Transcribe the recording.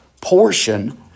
portion